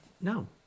no